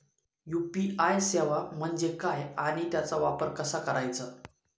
UPI सेवा म्हणजे काय आणि त्याचा वापर कसा करायचा?